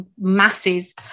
masses